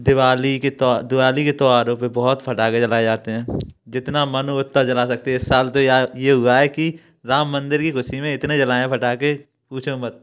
दिवाली के दिवाली के त्योहारों पर बहुत फटाखे जलाए जाते हैं जितना मन हो उतना जला सकते हैं इस साल तो यार ये हुआ है कि राम मंदिर की खुशी में इतने जलाए हैं फटाखे पूछो मत